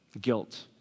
Guilt